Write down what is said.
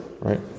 right